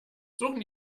suchen